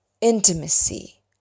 intimacy